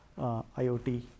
IoT